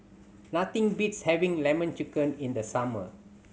nothing beats having Lemon Chicken in the summer